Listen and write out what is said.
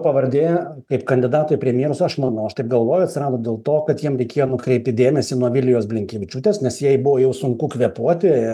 pavardė kaip kandidato į premjerus aš manau aš taip galvoju atsirado dėl to kad jam reikėjo nukreipti dėmesį nuo vilijos blinkevičiūtės nes jai buvo jau sunku kvėpuoti